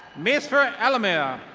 mizra alamir.